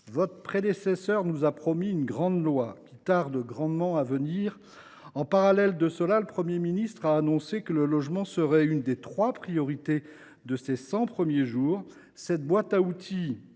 votre prédécesseur nous avait promis une grande loi, qui tarde grandement à venir. En parallèle, le Premier ministre a annoncé que le logement serait une des trois priorités de ses cent premiers jours. La boîte à outils